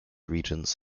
regions